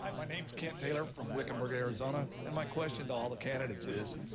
um my name is ken taylor from wickenberg, arizona and my question to all the candidates is,